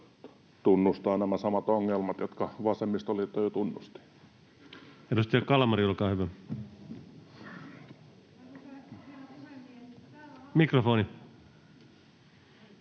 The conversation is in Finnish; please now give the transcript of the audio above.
tunnustaa nämä samat ongelmat, jotka vasemmistoliitto jo tunnusti? Edustaja Kalmari, olkaa hyvä. Arvoisa